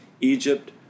Egypt